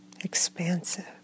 expansive